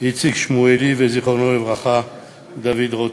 איציק שמולי ודוד רותם,